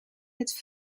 het